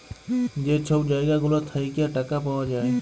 যে ছব জায়গা গুলা থ্যাইকে টাকা পাউয়া যায়